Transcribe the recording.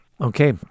Okay